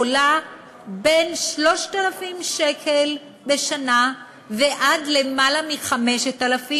עולה מ-3,000 שקל בשנה ועד למעלה מ-5,000,